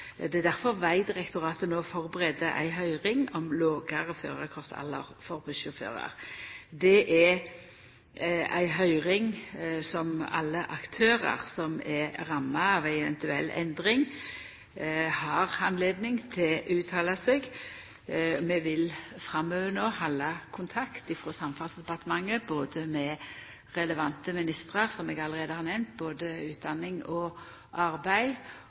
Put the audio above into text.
Det er difor Vegdirektoratet no førebur ei høyring om lågare førarkortalder for bussjåførar. Det er ei høyring der alle aktørar som er ramma av ei eventuell endring, har høve til å uttala seg. Vi vil frå Samferdselsdepartementet framover halda kontakt både med relevante ministrar, som eg allereie har nemnt, både med utdanningsministeren og